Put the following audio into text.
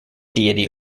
deity